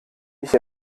ich